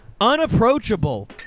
unapproachable